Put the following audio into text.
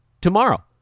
tomorrow